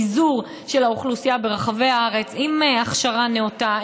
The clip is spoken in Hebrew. היה מייצר פיזור של האוכלוסייה ברחבי הארץ עם הכשרה נאותה,